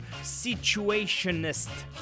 Situationist